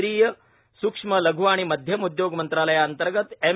केंद्रीय सूक्ष्म लघू आणि मध्यम उद्योग मंत्रालया अंतर्गत एम